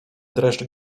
dreszcz